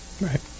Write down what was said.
Right